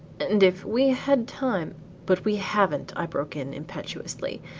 and if we had time but we have'nt, i broke in impetuously.